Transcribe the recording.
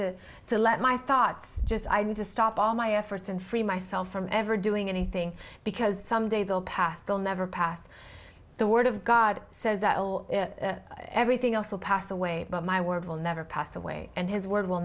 to to let my thoughts just i need to stop all my efforts and free myself from ever doing anything because some day they'll pass they'll never pass the word of god says that everything else will pass away but my word will never pass away and his word w